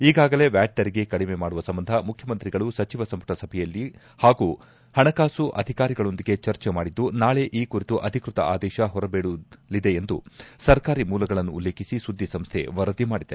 ಈಗಾಗಲೇ ವ್ಯಾಟ್ತೆರಿಗೆ ಕಡಿಮೆ ಮಾಡುವ ಸಂಬಂಧ ಮುಖ್ಯಮಂತ್ರಿಗಳು ಸಚಿವ ಸಂಪುಟ ಸಭೆಯಲ್ಲಿ ಹಾಗೂ ಹಣಕಾಸು ಅಧಿಕಾರಿಗಳೊಂದಿಗೆ ಚರ್ಚೆ ಮಾಡಿದ್ದು ನಾಳೆ ಈ ಕುರಿತು ಅಧಿಕ್ಕತ ಆದೇಶ ಹೊರಬೀಳಲಿದೆ ಎಂದು ಸರ್ಕಾರಿ ಮೂಲಗಳನ್ನು ಉಲ್ಲೇಖಿಸಿ ಸುದ್ದಿ ಸಂಸ್ಟೆ ವರದಿ ಮಾಡಿದೆ